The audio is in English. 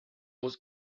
was